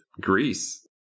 Greece